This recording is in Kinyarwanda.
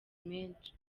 menshi